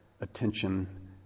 attention